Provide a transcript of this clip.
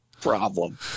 problem